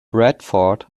bradford